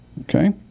okay